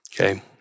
Okay